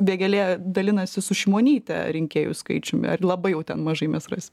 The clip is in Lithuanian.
vėgėlė dalinasi su šimonyte rinkėjų skaičiumi ar labai jau ten mažai mes rasim